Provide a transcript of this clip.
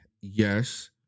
yes